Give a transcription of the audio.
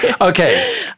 Okay